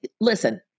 listen